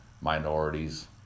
minorities